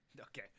Okay